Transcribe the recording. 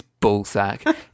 bullsack